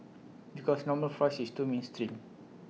because normal fries is too mainstream